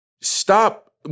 Stop